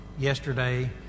yesterday